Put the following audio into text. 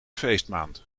feestmaand